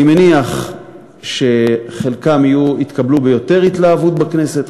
אני מניח שחלקם יתקבלו יותר בהתלהבות בכנסת,